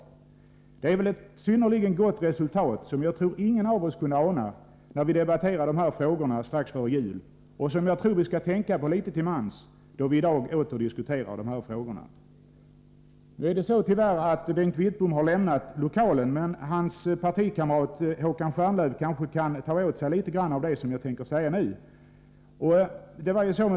Detta är väl ett synnerligen gott resultat, som jag tror ingen av oss kunde ana, när vi debatterade dessa frågor strax före jul, och som jag tror vi skall tänka på litet till mans, då vi i dag åter diskuterar dessa frågor. Tyvärr har Bengt Wittbom lämnat lokalen, men hans partikamrat Håkan Stjernlöf kan kanske ta åt sig litet av det jag nu tänker säga.